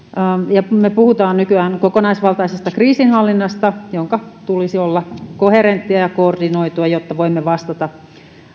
me puhumme nykyään kokonaisvaltaisesta kriisinhallinnasta jonka tulisi olla koherenttia ja koordinoitua jotta voimme vastata